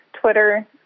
Twitter